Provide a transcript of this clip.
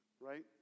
right